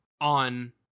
on